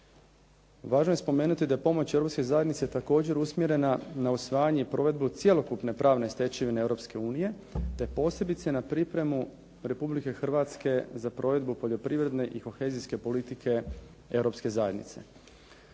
Važno je spomenuti da je pomoć Europske zajednice također usmjerena na usvajanje i provedbu cjelokupne pravne stečevine Europske unije te posebice na pripremu Republike Hrvatske za provedbu poljoprivredne i kohezijske politike Europske zajednice.